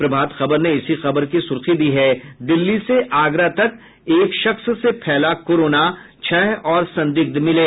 प्रभात खबर ने इसी खबर की सुर्खी दी है दिल्ली से आगरा तक एक शख्स से फैला कोरोना छह और संदिग्ध मिले